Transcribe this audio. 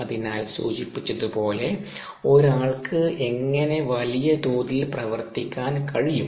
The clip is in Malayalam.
അതിനാൽ സൂചിപ്പിച്ചതുപോലെ ഒരാൾക്ക് എങ്ങനെ വലിയ തോതിൽ പ്രവർത്തിക്കാൻ കഴിയും